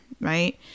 right